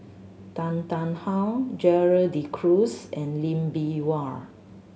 Tan Tarn How Gerald De Cruz and Lee Bee Wah